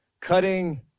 cutting